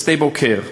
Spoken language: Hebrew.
בשדה-בוקר.